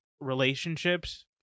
relationships